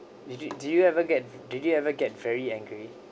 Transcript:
did you did you ever get did you ever get very angry